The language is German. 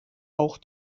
auch